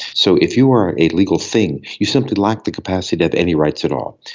so if you are a legal thing, you simply lack the capacity to have any rights at all.